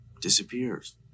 disappears